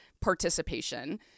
participation